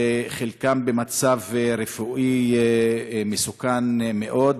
וחלקם במצב רפואי מסוכן מאוד.